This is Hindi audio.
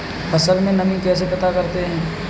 फसल में नमी कैसे पता करते हैं?